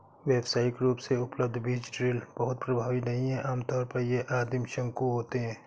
व्यावसायिक रूप से उपलब्ध बीज ड्रिल बहुत प्रभावी नहीं हैं आमतौर पर ये आदिम शंकु होते हैं